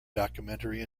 documentary